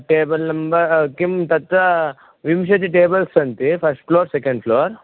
table number किं तत्र विंशतिः टेबल्स् सन्ति फ़स्ट् फ़्लोर् सेकेण्ड् फ़्लोर्